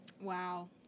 Wow